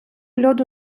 льоду